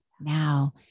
now